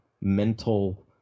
mental